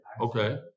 Okay